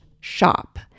shop